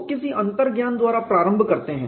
लोग किसी अंतर्ज्ञान द्वारा प्रारंभ करते हैं